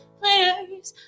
players